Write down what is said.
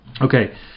Okay